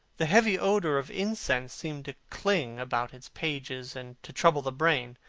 the heavy odour of incense seemed to cling about its pages and to trouble the brain.